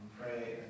pray